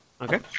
Okay